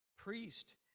priest